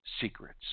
secrets